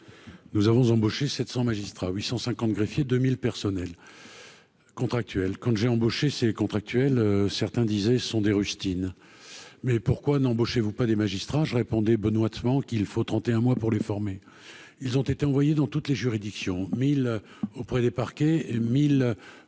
nous avons embauché 700 magistrats, 850 greffiers 2000 personnels contractuels quand j'ai embauché ces contractuels, certains disaient : ce sont des rustines, mais pourquoi n'embauchez-vous pas des magistrats, je répondais benoîtement qu'il faut 31 mois pour les former, ils ont été envoyés dans toutes les juridictions auprès des parquets mille